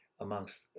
amongst